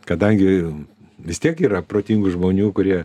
kadangi vis tiek yra protingų žmonių kurie